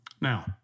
Now